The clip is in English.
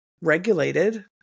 regulated